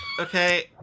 Okay